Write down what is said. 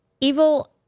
evil